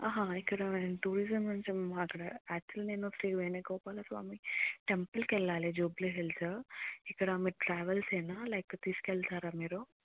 ఇక్కడ టూరిజం కొంచం అక్కడ యాక్చువల్ నేను శ్రీ వేణుగోపాలస్వామి టెంపుల్కు వెళ్ళాలి జూబ్లిహిల్స్ ఇక్కడ మీ ట్రావెల్సేనా లేకపోతే తీసుకు వెళ్తారా మీరు